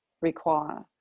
require